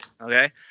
okay